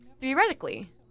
Theoretically